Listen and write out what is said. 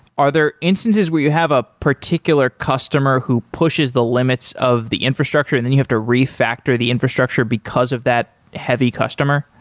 are there instances where you have a particular customer who pushes the limits of the infrastructure and then you have to re-factor the infrastructure because of that heavy customer?